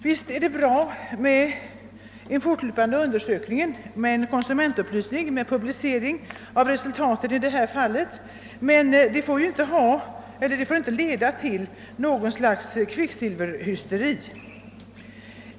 Visst är det bra med den fortlöpande undersökningen, med konsumentupplysningen och publiceringen av resultaten. Men det får inte leda till något slags kvicksilverhysteri.